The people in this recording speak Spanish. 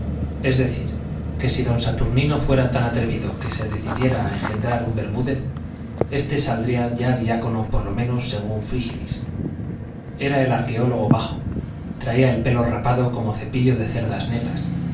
es decir que si don saturnino fuera tan atrevido que se decidiera a engendrar un bermúdez este saldría ya diácono por lo menos según frígilis era el arqueólogo bajo traía el pelo rapado como cepillo de cerdas negras